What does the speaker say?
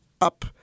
up